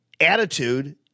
attitude –